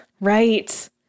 Right